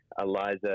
Eliza